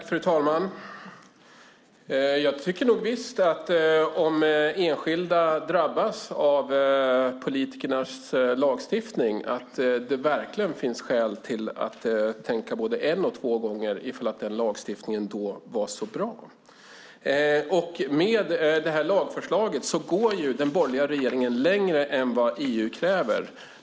Fru talman! Jag tycker visst att om enskilda drabbas av lagar som politikerna stiftat finns det verkligen skäl till att tänka både en och två gånger och fråga ifall lagstiftningen var så bra. Med det här lagförslaget går den borgerliga regeringen längre än vad EU kräver.